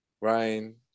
Ryan